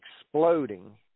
exploding